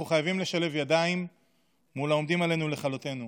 אנחנו חייבים לשלב ידיים מול העומדים עלינו לכלותנו.